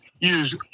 Use